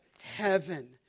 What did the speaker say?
heaven